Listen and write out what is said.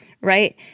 Right